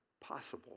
possible